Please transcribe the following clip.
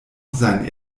seinen